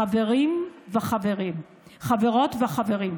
חברות וחברים,